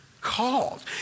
called